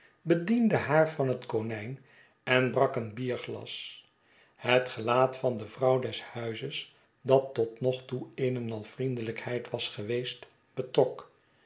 bediende haar van het konijn en brak een bierglas het gelaat van de vrouw des huizes dat totnogtoe eenenal vriendelijkheid was geweest betrok